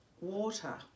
water